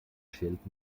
stellt